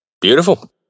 Beautiful